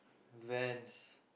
Vans